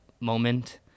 moment